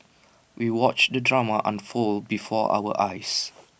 we watched the drama unfold before our eyes